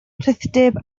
rhithdyb